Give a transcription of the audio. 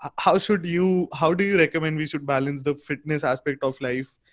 ah how should you how do you recommend we should balance the fitness aspect of life.